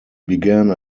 began